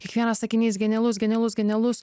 kiekvienas sakinys genialus genialus genialus